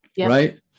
right